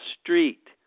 Street